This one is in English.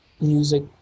music